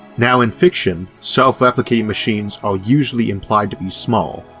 now in fiction self-replicating machines are usually implied to be small,